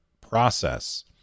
process